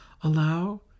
Allow